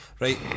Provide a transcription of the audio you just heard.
Right